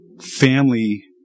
family